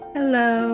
Hello